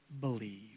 believe